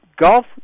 golf